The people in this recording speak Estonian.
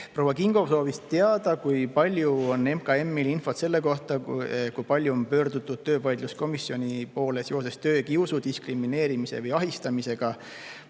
Proua Kingo soovis teada, kui palju on MKM-il infot selle kohta, kui palju on pöördutud töövaidluskomisjoni poole seoses töökiusu, diskrimineerimise või ahistamisega.